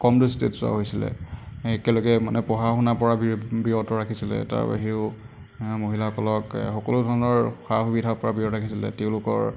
কম দৃষ্টিত চোৱা হৈছিলে একলগে মানে পঢ়া শুনাৰ পৰা বিৰত বিৰত ৰাখিছিলে তাৰ বাহিৰেও মানে মহিলাসকলক এ সকলো ধৰণৰ সা সুবিধাৰ পৰা বিৰত ৰাখিছিলে তেওঁলোকৰ